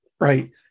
Right